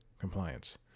compliance